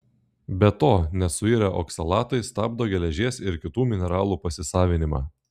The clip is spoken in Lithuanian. be to nesuirę oksalatai stabdo geležies ir kitų mineralų pasisavinimą